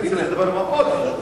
זה דבר מאוד חשוב.